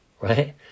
right